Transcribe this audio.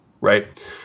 right